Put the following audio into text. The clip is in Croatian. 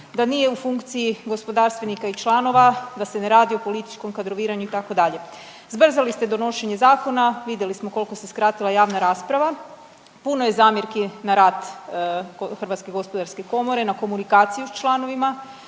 da nije u funkciji gospodarstvenika i članova, da se ne radi o političkom kadroviranju itd. Zbrzali ste donošenje zakona, vidjeli smo koliko se skratila javna rasprava. Puno je zamjerki na rad HGK, na komunikaciju s članovima,